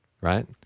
Right